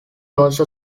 also